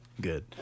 good